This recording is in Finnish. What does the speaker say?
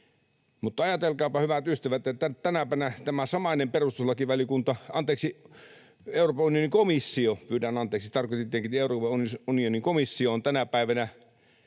kai — ajatelkaapa, hyvät ystävät, että tänäpänä tämä samainen perustuslakivaliokunta, anteeksi, Euroopan unionin komissio — pyydän anteeksi, tarkoitin tietenkin Euroopan unionin komissiota — on